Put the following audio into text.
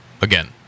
again